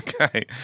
Okay